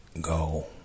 go